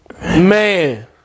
man